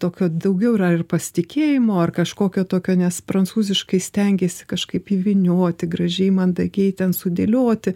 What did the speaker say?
tokio daugiau yra ir pasitikėjimo ar kažkokio tokio nes prancūziškai stengiesi kažkaip įvynioti gražiai mandagiai ten sudėlioti